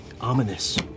Ominous